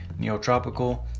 Neotropical